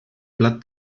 plat